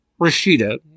Rashida